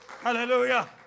Hallelujah